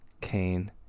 Cain